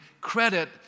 credit